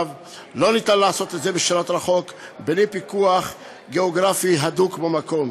לא ניתן לעשות את זה בשלט רחוק בלי פיקוח גיאוגרפי הדוק במקום.